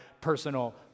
personal